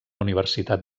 universitat